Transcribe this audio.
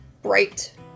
bright